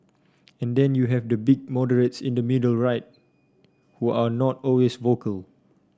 and then you have the big moderates in the middle right who are not always vocal